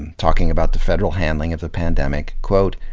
and talking about the federal handling of the pandemic, quote,